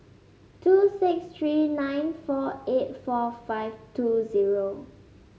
two six three nine four eight four five two zero